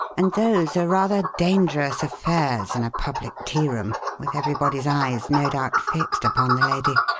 and those are rather dangerous affairs in a public tearoom, with everybody's eyes no doubt fixed upon the lady.